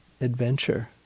Adventure